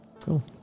cool